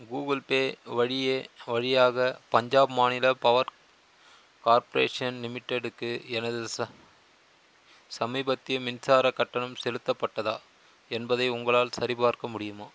Google Pay வழியே வழியாக பஞ்சாப் மாநில பவர் கார்ப்ரேஷன் லிமிட்டெடுக்கு எனது ச சமீபத்திய மின்சாரக் கட்டணம் செலுத்தப்பட்டதா என்பதை உங்களால் சரிபார்க்க முடியுமா